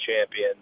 Champion